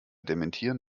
dementieren